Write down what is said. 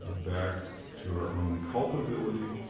ah back to our own culpability,